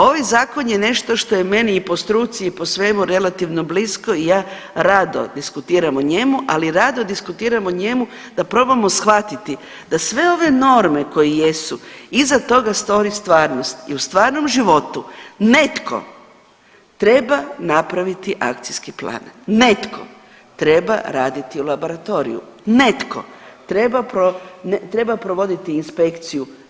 Ovaj zakon je nešto što je meni i po struci i po svemu relativno blisko i ja rado diskutiram o njemu, ali rado diskutiram o njemu da probamo shvatiti da sve ove norme koje jesu iza toga stoji stvarnost i u stvarnom životu netko treba napraviti akcijski plan, netko treba raditi u laboratoriju, netko treba provoditi inspekciju.